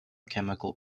chemical